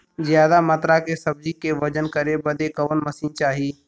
ज्यादा मात्रा के सब्जी के वजन करे बदे कवन मशीन चाही?